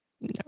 no